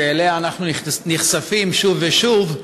שאליה אנו נחשפים שוב ושוב,